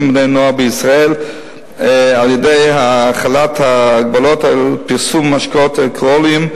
ובני-נוער בישראל על-ידי החלת הגבלות על פרסום משקאות אלכוהוליים,